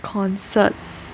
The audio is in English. concerts